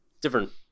different